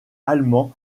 allemand